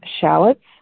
shallots